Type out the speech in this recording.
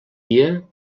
dia